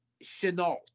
Chenault